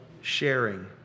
sharing